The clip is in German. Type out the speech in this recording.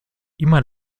immer